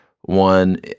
one